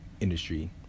industry